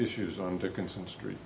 issues on dickinson street